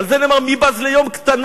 ועל זה נאמר: מי בז ליום קטנות,